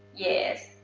yes,